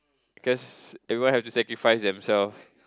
cause everyone have to satisfied themselves